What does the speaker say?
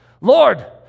Lord